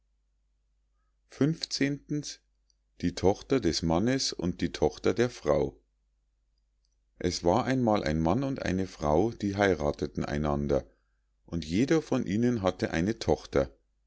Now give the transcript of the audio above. die tochter des mannes und die tochter der frau es war einmal ein mann und eine frau die heiratheten einander und jeder von ihnen hatte eine tochter